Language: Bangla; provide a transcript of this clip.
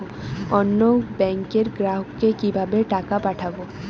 অন্য ব্যাংকের গ্রাহককে কিভাবে টাকা পাঠাবো?